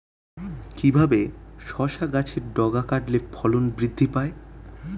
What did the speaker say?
কিভাবে শসা গাছের ডগা কাটলে ফলন বৃদ্ধি পায়?